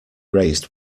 raised